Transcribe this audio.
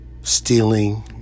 Stealing